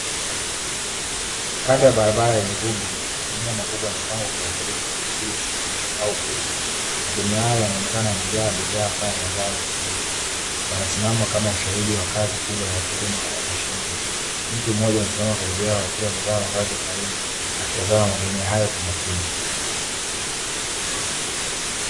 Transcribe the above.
Kando ya barabara yenye vumbi, magunia makubwa yamepangwa kwa uangalifu yakisubiri kusafirishwa au kuuzwa, magunia hayo yanaonekana yamejaa bidhaa, kama mazao ya kilimo, yanasimama kama ushahidi wa kazi kubwa ya wakulima wa mashineni. Mtu mmoja amesimama karibu yao akiwa amevaa mavazi ya kawaida akitazama magunia hayo kwa makini.